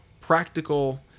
practical